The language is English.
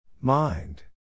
Mind